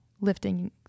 lifting